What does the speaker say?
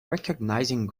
recognizing